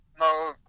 No